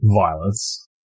violence